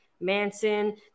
manson